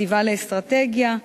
החטיבה לאסטרטגיה,